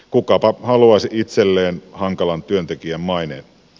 kukapa haluaisi itselleen hankalan työntekijän maineen